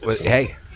Hey